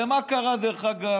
הרי מה קרה השבוע,